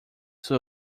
sua